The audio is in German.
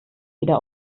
wieder